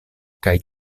kaj